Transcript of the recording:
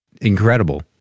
incredible